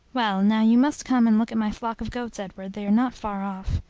well, now you must come and look at my flock of goats, edward, they are not far off.